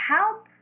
help